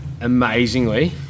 amazingly